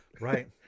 Right